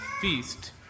feast